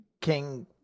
King